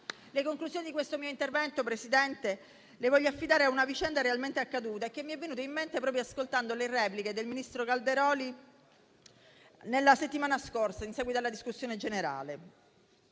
Le conclusioni di questo mio intervento, Presidente, le voglio affidare a una vicenda realmente accaduta in tempo di Covid, che mi è venuta in mente proprio ascoltando le repliche del ministro Calderoli la settimana scorsa, in seguito alla discussione generale.